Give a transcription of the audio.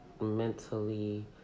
mentally